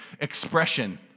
expression